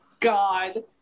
God